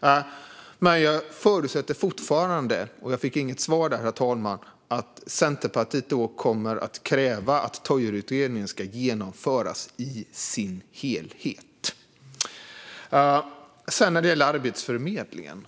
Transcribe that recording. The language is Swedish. Herr talman! Jag förutsätter fortfarande - jag fick inget svar där - att Centerpartiet kommer att kräva att Toijerutredningen ska genomföras i sin helhet. Sedan gäller det Arbetsförmedlingen.